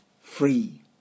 free